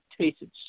tasted